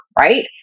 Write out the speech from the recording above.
right